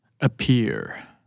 appear